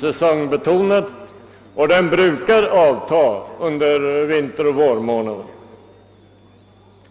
säsongbetonad och brukar avta under vinteroch vårmånaderna.